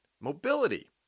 mobility